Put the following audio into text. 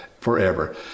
forever